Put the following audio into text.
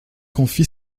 confie